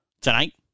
tonight